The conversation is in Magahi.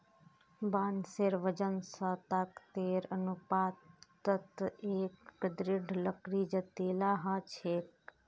बांसेर वजन स ताकतेर अनुपातत एक दृढ़ लकड़ी जतेला ह छेक